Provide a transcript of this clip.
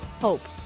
hope